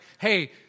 hey